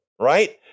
Right